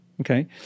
Okay